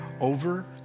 over